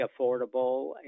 affordable